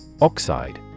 Oxide